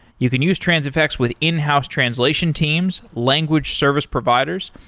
you can use transifex with in-house translation teams, language service providers.